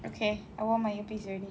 okay I on my earpiece already